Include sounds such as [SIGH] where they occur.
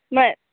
[UNINTELLIGIBLE]